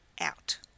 out